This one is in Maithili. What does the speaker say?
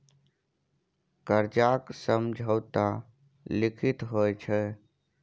करजाक समझौता लिखित होइ छै